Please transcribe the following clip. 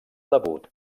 debut